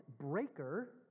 breaker